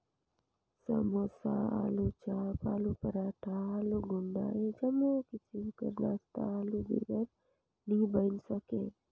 समोसा, आलूचाप, आलू पराठा, आलू गुंडा ए जम्मो किसिम कर नास्ता आलू बिगर नी बइन सके